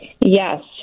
Yes